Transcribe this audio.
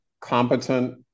competent